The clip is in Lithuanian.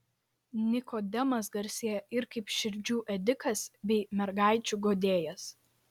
nikodemas garsėja ir kaip širdžių ėdikas bei mergaičių guodėjas